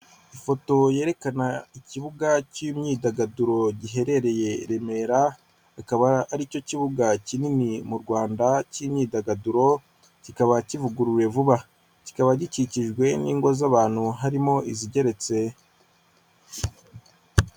Ifoto yerekana ikibuga cy'imyidagaduro giherereye i Remera akaba ari cyo kibuga kinini mu Rwanda k'imyidagaduro kikaba kivuguruye vuba ,kikaba gikikijwe n'ingo z'abantu harimo izigeretse.